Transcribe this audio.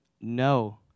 No